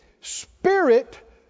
spirit